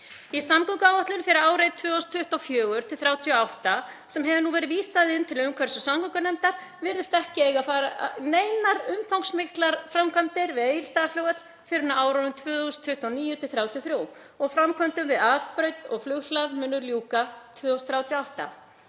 Í samgönguáætlun fyrir árið 2024–2038, sem hefur nú verið vísað til umhverfis- og samgöngunefndar, virðist ekki eiga að fara í neinar umfangsmiklar framkvæmdir við Egilsstaðaflugvöll fyrr en á árunum 2029–2033 og framkvæmdum við akbraut og flughlað mun ljúka 2038.